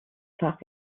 fach